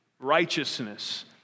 Righteousness